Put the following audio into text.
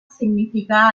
significa